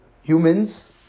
humans